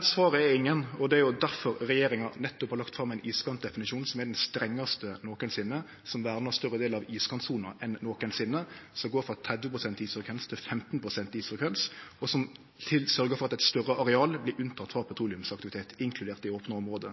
Svaret er ingen, og det er difor regjeringa nettopp har lagt fram ein iskantdefinisjon som er den strengaste nokosinne, som vernar større delar av iskantsona enn nokosinne, som går frå 30 pst. isfrekvens til 15 pst. isfrekvens, og som vil sørgje for at eit større areal vert unnateke frå petroleumsaktivitet, inkludert det opne området.